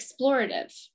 explorative